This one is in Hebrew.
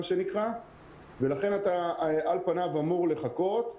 לכן אנחנו אמורים לחכות לאישור.